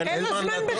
אין לו זמן.